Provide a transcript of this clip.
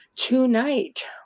Tonight